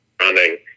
running